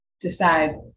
Decide